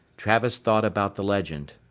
travis thought about the legend.